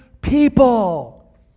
people